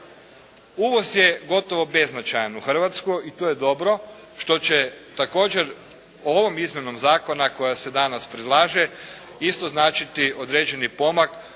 Uvoz je gotovo beznačajan u Hrvatskoj i to je dobro, što će također ovom izmjenom zakona koja se danas predlaže isto značiti određeni pomak